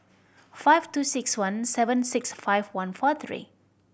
five two six one seven six five one four three